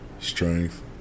strength